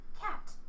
Cat